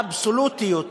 לאבסולוטיות,